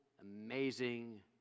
amazing